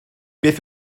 beth